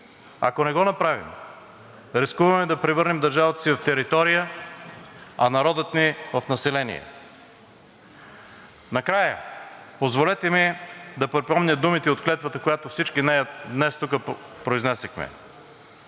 Ако не го направим, рискуваме да превърнем държавата си в територия, а народа ни – в население. Накрая позволете ми да припомня думите от клетвата, която всички днес тук произнесохме,